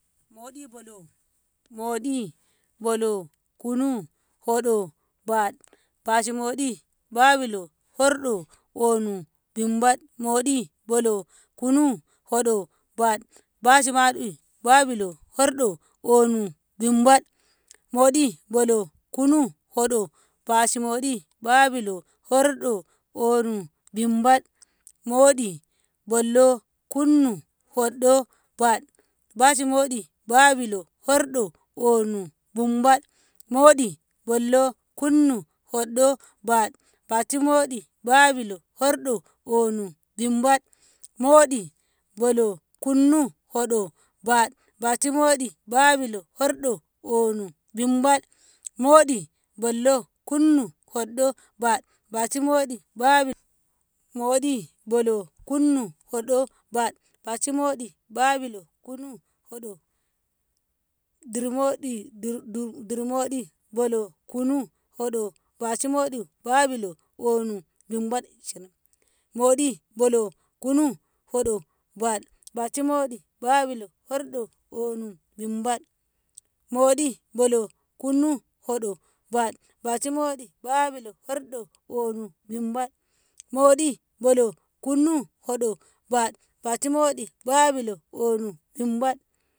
moɗi, bolo, moɗi, bolo, kunu, hoɗo, bad, bashi moɗi, babilo, horɗo, ɓonu, bimbad, moɗi, bolo, kunu, hoɗo, bad, bashi maɗi, babilo, horɗo, ɓonu, bimbad, moɗi, bolo, kunu, hoɗo, bashi moɗi, babilo, horɗo, ɓonu, bimbad, moɗi, bollo, kunnum, hoɗɗo, bad, bashi moɗi, babilo, horɗo, ɓonu, bumbad, moɗi, bolo, kunu, hoɗo, bad, baci moɗi, babilo, horɗo, ɓonu, bimbad, moɗi, bolo, kunnu, hoɗo, bad, baci moɗi, babilo, horɗo, ɓonu, bimbad, moɗi, bollo, kunnum, hoɗɗo, bad, baci moɗi, babilo, moɗi, bollo, kunnum, hoɗɗo, bad, baci moɗi, babilo, kunu, hoɗo, dir moɗi, dir- dir moɗi, bolo, kunu, hoɗo, baci moɗi, babilo, ɓonu, bimbad, moɗi, bolo, kunu, hoɗo, bad, bashi moɗi, babilo, horɗo, ɓonu, bimbad, moɗi, bolo, kunu, hoɗo, bad, bashi moɗi, babilo, horɗo, ɓonu, bimbad, moɗi, bolo, kunnu, hoɗo, bad, baci moɗi, babilo, ɓonu, bimbad.